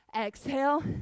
exhale